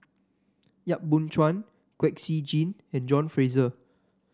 Yap Boon Chuan Kwek Siew Jin and John Fraser